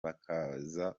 bakaza